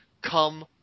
come